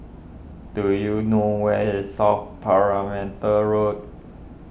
do you know where is South Perimeter Road